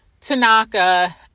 Tanaka